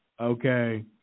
Okay